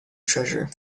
treasure